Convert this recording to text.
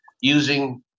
using